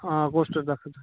हां कोशश रक्खङ